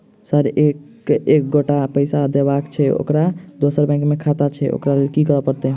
Sir एक एगोटा केँ पैसा देबाक छैय ओकर दोसर बैंक मे खाता छैय ओकरा लैल की करपरतैय?